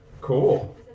Cool